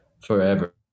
forever